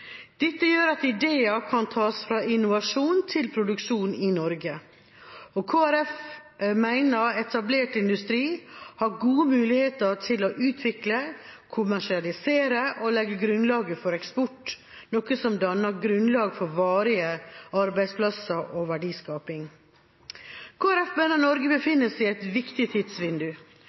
Dette gjør at ideer kan tas fra innovasjon til produksjon i Norge, og Kristelig Folkeparti mener etablert industri har gode muligheter til å utvikle, kommersialisere og legge grunnlaget for eksport, noe som danner grunnlag for varige arbeidsplasser og verdiskaping. Kristelig Folkeparti mener Norge befinner seg i et viktig tidsvindu,